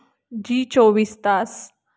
जी चोवीस तास